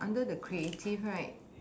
under the creative right